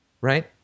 right